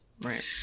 Right